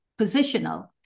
positional